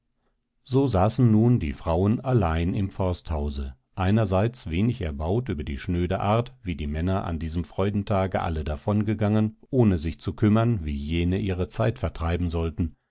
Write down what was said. so saßen nun die frauen allein im forsthause einerseits wenig erbaut über die schnöde art wie die männer an diesem freudentage alle davongegangen ohne sich zu kümmern wie jene ihre zeit vertreiben sollten